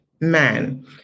man